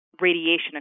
radiation